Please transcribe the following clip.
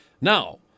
Now